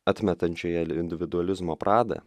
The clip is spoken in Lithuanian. atmetančioje individualizmo pradą